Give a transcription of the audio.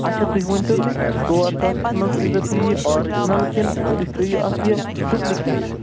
اچھا تُہی ؤنۍتَو مےٚ ژور ساسَس مَنٛز ترٛٲیوا تُہی یہِ آرجِنَل کِنہٕ تُہی ترٛٲوِو اَتھ یہِ ڈُبلِکیٹ